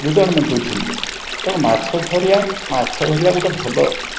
ଗୁଜୁରାଣ ମେଣ୍ଟାଉଛନ୍ତି ତେଣୁ ମାଛ ଧରିବା ମାଛଧରିବା ଗୋଟେ ଭଲ